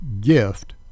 gift